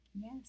Yes